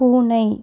பூனை